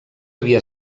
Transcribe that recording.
havia